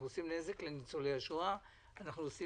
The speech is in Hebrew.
אנחנו עושים נזק לניצולי השואה ועושים